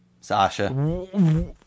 Sasha